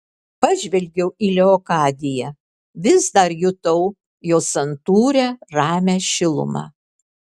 pažvelgiau į leokadiją vis dar jutau jos santūrią ramią šilumą